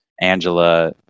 Angela